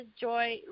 joy